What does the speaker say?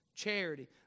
Charity